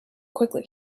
quickly